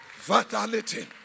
Vitality